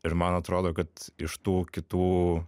ir man atrodo kad iš tų kitų